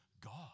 God